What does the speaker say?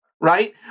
right